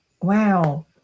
wow